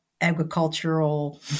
Agricultural